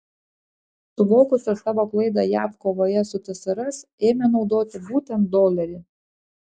suvokusios savo klaidą jav kovoje su tsrs ėmė naudoti būtent dolerį